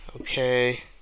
Okay